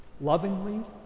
lovingly